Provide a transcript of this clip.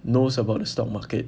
knows about the stock market